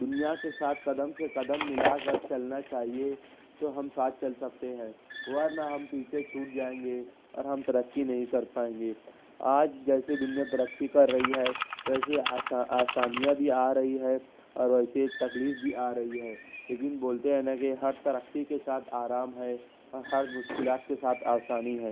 دنیا کے ساتھ قدم سے قدم ملا کر چلنا چاہیے تو ہم ساتھ چل سکتے ہیں ورنہ ہم پیچھے چھوٹ جائیں گے اور ہم ترقی نہیں کر پائیں گے آج جیسے دنیا ترقی کر رہی ہے ویسے آشا آسانیاں بھی آ رہی ہے اور ویسے تکلیف بھی آ رہی ہے لیکن بولتے ہیں نہ کہ ہر ترقی کے ساتھ آرام ہے اور ہر مشکلات کے ساتھ آسانی ہے